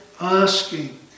asking